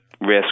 risk